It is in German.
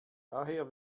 daher